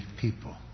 people